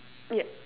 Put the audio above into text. yup